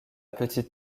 petite